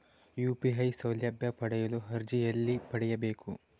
UPI ಸೌಲಭ್ಯ ಪಡೆಯಲು ಅರ್ಜಿ ಎಲ್ಲಿ ಪಡಿಬೇಕು?